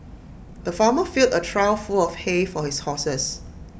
the farmer filled A trough full of hay for his horses